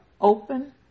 open